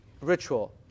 ritual